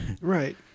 Right